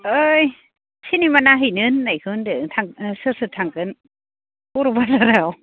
ओइ चिनिमा नायहैनो होन्नायखौ होन्दों थां ओ सोर सोर थांगोन बर' बाजाराव